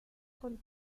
con